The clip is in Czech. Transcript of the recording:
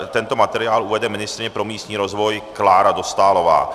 Tento materiál uvede ministryně pro místní rozvoj Klára Dostálová.